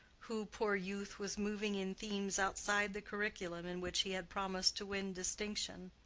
who, poor youth, was moving in themes outside the curriculum in which he had promised to win distinction.